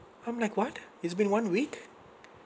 I'm like what it's been one week